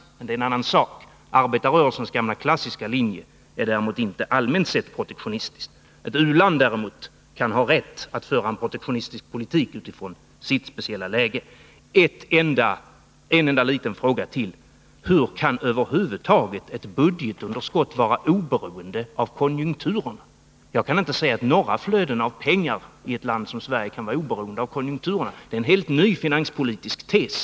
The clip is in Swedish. Det är dock en annan sak. Arbetarrörelsens gamla klassiska linje är inte allmänt sett protektionis tisk. Ett u-land däremot kan ha rätt att föra en protektionistisk politik utifrån sitt speciella läge. Jag vill ställa en enda liten fråga till: Hur kan över huvud taget ett budgetunderskott vara oberoende av konjunkturerna? Jag kan inte se att några flöden av pengar i ett land som Sverige kan vara oberoende av konjunkturerna. Det är en helt ny finanspolitisk tes.